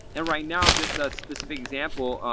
and right now just a specific example,